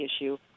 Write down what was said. issue